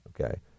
Okay